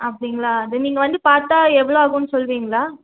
அப்படிங்களா அது நீங்கள் வந்து பார்த்தா எவ்வளோ ஆகுமென்னு சொல்வீங்களா